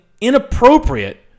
inappropriate